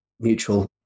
mutual